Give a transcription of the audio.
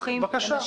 בכללית.